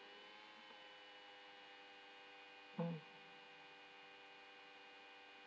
mm